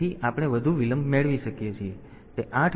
તેથી આપણે વધુ વિલંબ મેળવી શકીએ છીએ